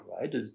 right